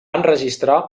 enregistrar